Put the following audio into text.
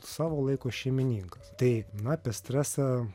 savo laiko šeimininkas taip na apie stresą